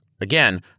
Again